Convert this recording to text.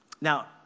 Now